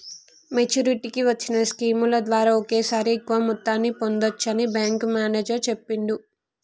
మెచ్చురిటీకి వచ్చిన స్కీముల ద్వారా ఒకేసారి ఎక్కువ మొత్తాన్ని పొందచ్చని బ్యేంకు మేనేజరు చెప్పిండు